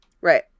Right